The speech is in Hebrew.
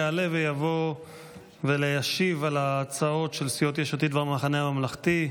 יעלה ויבוא וישיב על ההצעות של סיעות יש עתיד והמחנה הממלכתי,